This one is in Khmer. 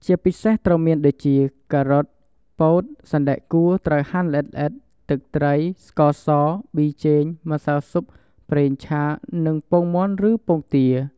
ជាពិសេស ត្រូវមានដូចជា ការ៉ុត ពោត សណ្តែកគួរត្រូវហាន់ល្អិតៗ ទឹកត្រី ស្ករស ប៊ីចេង ម្សៅស៊ុប ប្រេងឆា និង ពងមាន់ឬពងទា។